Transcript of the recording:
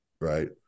right